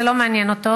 זה לא מעניין אותו,